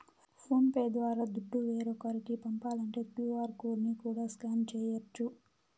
phone pay ద్వారా దుడ్డు వేరోకరికి పంపాలంటే క్యూ.ఆర్ కోడ్ ని కూడా స్కాన్ చేయచ్చు